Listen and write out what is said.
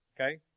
okay